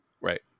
Right